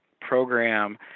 program